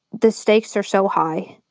the stakes are so high,